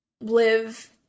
live